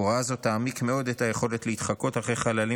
הוראה זו תעמיק מאוד את היכולת להתחקות אחרי חללים